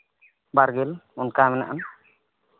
ᱵᱟᱨ ᱜᱮᱞ ᱚᱱᱠᱟ ᱢᱮᱱᱟᱜᱼᱟ